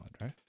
right